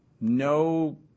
No